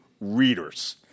readers